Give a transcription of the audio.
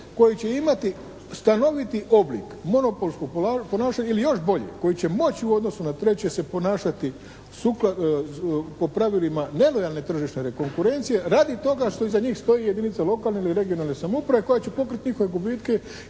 koji će imati stanoviti oblik monopolskog ponašanja, ili još bolje, koji će moći u odnosu na treće se ponašati sukladno, po pravilima nelojalne tržišne konkurencije radi toga što iza njih stoji jedinica lokalne ili regionalne samouprave koja će pokriti njihove gubitke